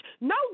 no